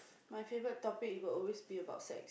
my favourite topic it will always be about sex